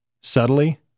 Subtly